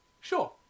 Sure